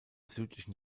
südlichen